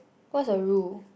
what's the rule